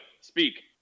Speak